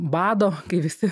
bado kai visi